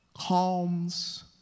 calms